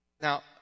Now